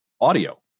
audio